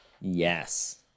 Yes